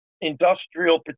industrial